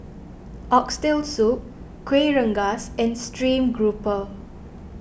Oxtail Soup Kuih Rengas and Stream Grouper